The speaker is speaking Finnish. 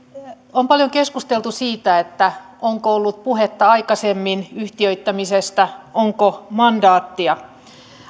on paljon keskusteltu siitä onko ollut puhetta aikaisemmin yhtiöittämisestä onko mandaattia